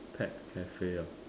pet cafe or